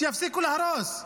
שיפסיקו להרוס.